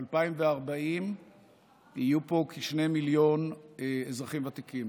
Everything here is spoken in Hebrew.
ב-2040 יהיו פה כשני מיליון אזרחים ותיקים,